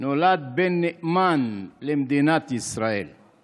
נולד בן נאמן למדינת ישראל /